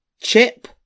chip